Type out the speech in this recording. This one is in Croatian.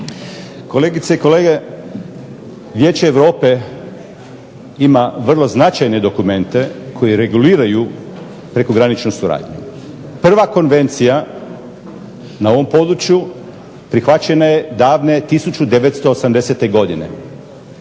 Kolegice i kolege, Vijeće Europe ima vrlo značajne dokumente koji reguliraju prekograničnu suradnju. Prva konvencija na ovom području prihvaćena je davne 1980. godine.